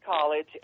college